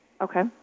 Okay